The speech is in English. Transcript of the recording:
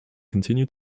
continue